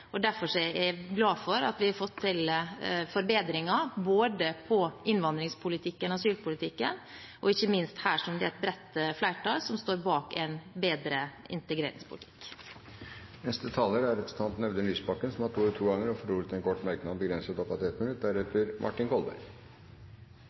og derfor er jeg glad for at vi har fått til forbedringer, i både innvandrings- og asylpolitikken, og ikke minst her hvor et bredt flertall står bak en bedre integreringspolitikk. Representanten Audun Lysbakken har hatt ordet to ganger tidligere og får ordet til en kort merknad, begrenset til 1 minutt.